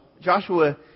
Joshua